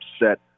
upset